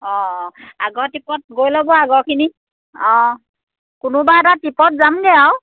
অঁ আগৰ টিপত গৈ ল'ব আগৰখিনি অঁ কোনোবা এটা টিপত যামগৈ আৰু